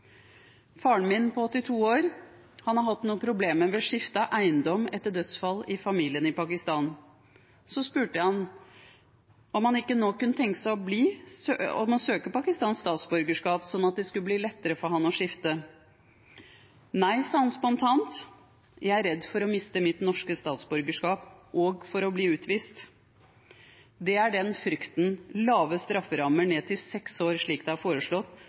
min på 82 år har hatt noen problemer med skifte av eiendom etter dødsfall i familien i Pakistan. Jeg spurte ham om han ikke nå kunne tenke seg å søke om pakistansk statsborgerskap, slik at det skulle bli lettere for ham å skifte. «Nei», sa han spontant. «Jeg er redd for å miste mitt norske statsborgerskap og for å bli utvist.» Det er den frykten lave strafferammer, på inntil seks år, slik det er foreslått,